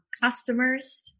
customers